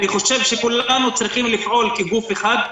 אני חושב שכולנו צריכים לפעול כגוף אחד,